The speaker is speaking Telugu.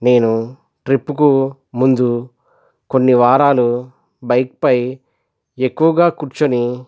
నేను ట్రిప్కు ముందు కొన్ని వారాలు బైక్పై ఎక్కువగా కూర్చొని